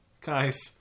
guys